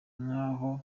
nkaho